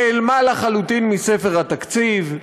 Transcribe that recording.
נעלמה לחלוטין מספר התקציב.